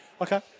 Okay